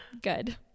Good